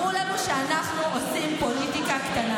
אמרו לנו שאנחנו עושים פוליטיקה קטנה.